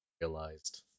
realized